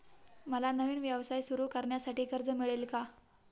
मला नवीन व्यवसाय सुरू करण्यासाठी कर्ज मिळेल का?